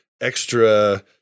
extra